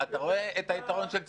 אתה רואה את היתרון של צביקה?